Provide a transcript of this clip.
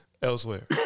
Elsewhere